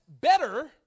better